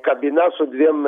kabina su dviem